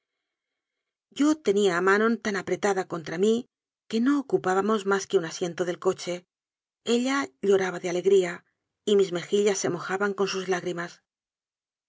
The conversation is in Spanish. yo tenía a manon tan apretada contra mí que no ocupábamos más que un asiento del coche ella lloraba de alegría y mis mejillas se mojaban con sus lágrimas